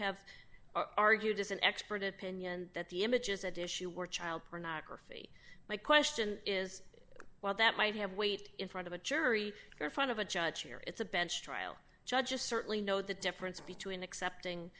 have argued is an expert opinion that the images at issue were child pornography my question is while that might have weight in front of a jury or front of a judge here it's a bench trial judges certainly know the difference between accepting